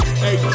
hey